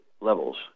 levels